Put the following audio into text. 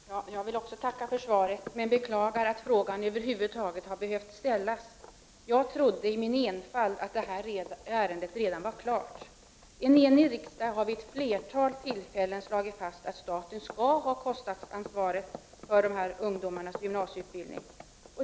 Herr talman! Jag vill också tacka för svaret, men beklagar att frågan över huvud taget har behövt ställas. Jag trodde i min enfald att det här ärendet redan hade lösts. En enig riksdag har vid ett flertal tillfällen slagit fast att staten skall ha kostnadsansvaret för gravt rörelsehindrade elevers gymnasieutbildning.